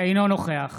אינו נוכח